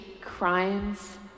crimes